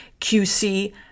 QC